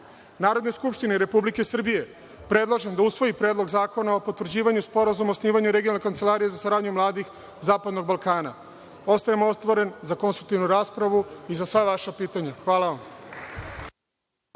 skupštini Republike Srbije, predlažem da usvoji Predlog zakona o potvrđivanju Sporazuma o osnivanju regionalne Kancelarije za saradnju mladih Zapadnog Balkana. Ostajem ostvaren za konstruktivnu raspravu i za sva vaša pitanja. Hvala vam.